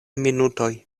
minutoj